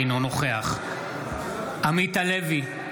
אינו נוכח עמית הלוי,